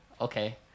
okay